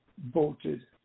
voted